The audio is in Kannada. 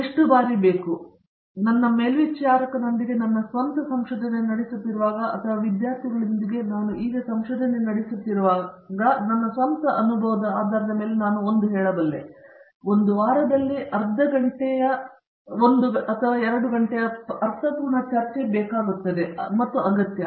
ಪ್ರೊಫೆಸರ್ ರಾಜೇಶ್ ಕುಮಾರ್ ನನ್ನ ಮೇಲ್ವಿಚಾರಕನೊಂದಿಗೆ ನನ್ನ ಸ್ವಂತ ಸಂಶೋಧನೆ ನಡೆಸುತ್ತಿರುವಾಗ ಅಥವಾ ವಿದ್ಯಾರ್ಥಿಗಳೊಂದಿಗೆ ನಾನು ಈಗ ಸಂಶೋಧನೆ ನಡೆಸುತ್ತಿರುವಾಗ ನನ್ನ ಸ್ವಂತ ಅನುಭವದ ಆಧಾರದ ಮೇಲೆ ನಾನು ಹೇಳುತ್ತೇನೆ ಒಂದು ವಾರದಲ್ಲಿ ಒಂದು ಗಂಟೆಯ ಅರ್ಥಪೂರ್ಣ ಚರ್ಚೆ ಸಾಕಾಗುತ್ತದೆ ಮತ್ತು ಅಗತ್ಯ